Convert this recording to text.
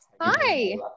Hi